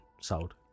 sold